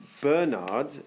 Bernard